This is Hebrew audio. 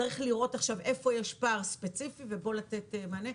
צריך לראות עכשיו איפה יש פער ספציפי ולתת לו מענה.